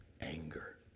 anger